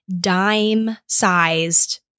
dime-sized